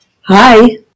Hi